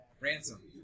Ransom